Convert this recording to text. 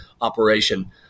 operation